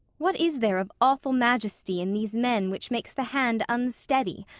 what is there of awful majesty in these men which makes the hand unsteady,